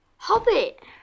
Hobbit